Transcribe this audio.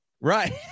Right